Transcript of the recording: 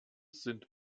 sind